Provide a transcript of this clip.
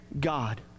God